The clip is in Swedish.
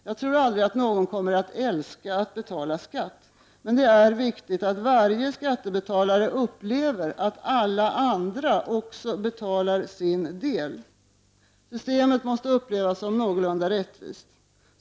Jag tror aldrig att någon kommer att älska att betala skatt, men det är viktigt att varje skattebetalare upplever att alla andra också betalar sin del. Systemet måste upplevas som någorlunda rättvist.